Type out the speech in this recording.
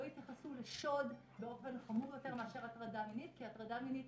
יתייחסו לשוד באופן חמור יותר מאשר הטרדה מינית כי הטרדה מינית,